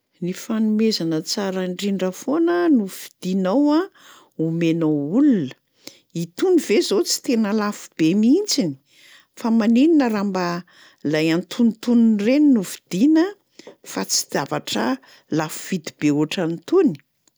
“Ny fanomezana tsara ndrindra foana no fidinao a omenao olona. Itony ve zao tsy tena lafo be mihitsiny? Fa manina raha mba lay antonontonona reny no vidiana fa tsy zavatra lafo vidy be ohatran'tony?"